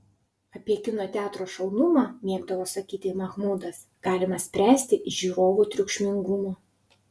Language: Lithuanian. apie kino teatro šaunumą mėgdavo sakyti mahmudas galima spręsti iš žiūrovų triukšmingumo